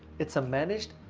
it's a managed,